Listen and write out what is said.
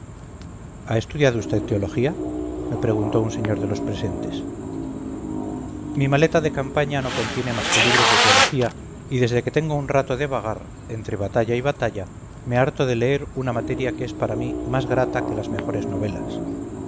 ha estudiado usted teología me preguntó un señor de los presentes mi maleta de campaña no contiene más que libros de teología y desde que tengo un rato de vagar entre batalla y batalla me harto de leer una materia que es para mí más grata que las mejores novelas